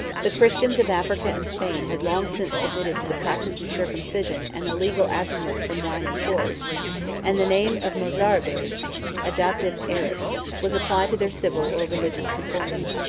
the christians of africa and spain had long since submitted to the practice of circumcision and the legal abstinence from wine and pork and the name of mozarabes adoptive arabs was applied to their civil or religious conformity.